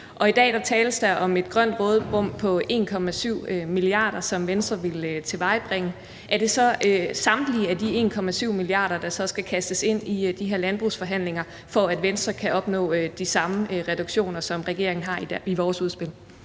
I dag tales der om et grønt råderum på 1,7 mia. kr., som Venstre vil tilvejebringe, og er det så samtlige af de 1,7 mia. kr., der så skal kastes ind i de her landbrugsforhandlinger, for at Venstre kan opnå de samme reduktioner, som regeringen har i deres udspil?